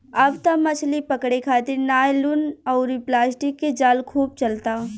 अब त मछली पकड़े खारित नायलुन अउरी प्लास्टिक के जाल खूब चलता